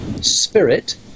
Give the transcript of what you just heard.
spirit